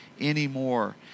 anymore